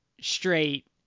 straight